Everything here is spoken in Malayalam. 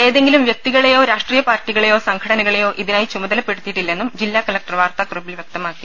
ഏതെങ്കിലും വ്യക്തികളെയോ രാഷ്ട്രീയ പാർട്ടികളെയോ സംഘടനകളെയോ ഇതിനായി ചുമതലപ്പെടു ത്തിയിട്ടില്ലെന്നും ജില്ലാ കലക്ടർ വാർത്താക്കുറിപ്പിൽ വൃക്തമാക്കി